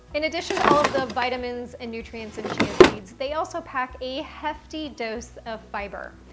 in addition to all of the vitamins and nutrients in chia seeds, they also pack a hefty dose of fiber.